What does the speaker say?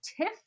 tiff